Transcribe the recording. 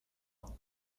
trois